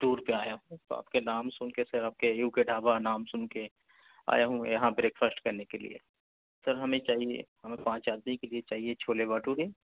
tour پہ آیا ہوں تو آپ کے نام سن کے سر آپ کے یو کے ڈھابا نام سن کے آیا ہوں یہاں بریک فاسٹ کرنے کے لیے سر ہمیں چاہیے ہمیں پانچ آدمی کے لیے چاہیے چھولے بھٹوری